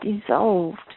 dissolved